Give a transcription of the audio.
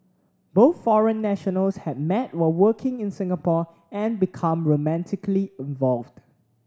both foreign nationals had met while working in Singapore and become romantically involved